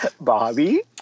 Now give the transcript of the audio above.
Bobby